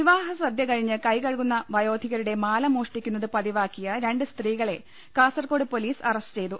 വിവാഹസദ്യ കഴിഞ്ഞ് കൈ കഴുകുന്ന വയോധികരുടെ മാല മോഷ്ടിക്കുന്നത് പതിവാക്കിയ രണ്ട് സ്ത്രീകളെ കാസർകോട് പൊലീസ് അറസ്റ്റ് ചെയ്തു